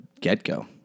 get-go